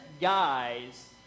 guys